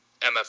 MF